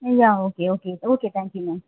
இதுதான் okay okay okay thank you ma'am